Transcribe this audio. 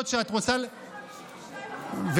האוכלוסיות, 52% מהאוכלוסייה?